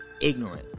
ignorant